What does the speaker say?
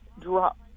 drop